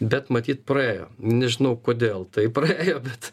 bet matyt praėjo nežinau kodėl taip praėjo bet